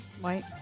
White